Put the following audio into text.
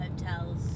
hotels